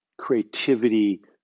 creativity